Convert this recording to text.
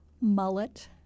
mullet